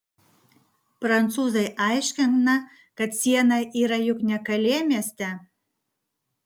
prancūzai aiškina kad siena yra juk ne kalė mieste